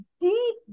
deep